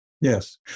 Yes